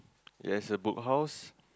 yes a Book House